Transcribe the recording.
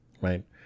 right